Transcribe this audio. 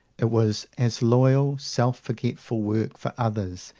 it was as loyal, self-forgetful work for others,